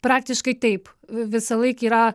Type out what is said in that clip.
praktiškai taip visąlaik yra